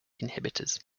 inhibitors